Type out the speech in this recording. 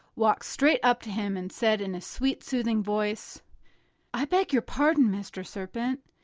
walked straight up to him and said in a sweet, soothing voice i beg your pardon, mr. serpent,